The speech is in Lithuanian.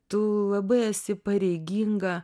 tu labai esi pareiginga